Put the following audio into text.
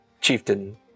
chieftain